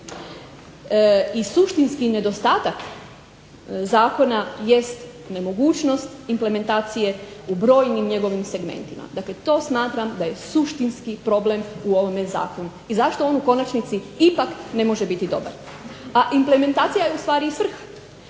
i suštinski nedostatak zakona jest nemogućnost implementacije u brojnim njegovim segmentima. Dakle, to smatram da je suštinski problem u ovome Zakonu. I zašto on u konačnici ipak ne može biti dobar. A implementacija je u stvari i svrha.